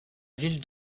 ville